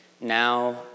Now